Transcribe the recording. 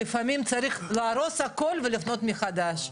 לפעמים צריך להרוס הכל ולבנות מחדש.